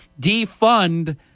Defund